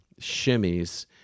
shimmies